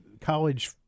college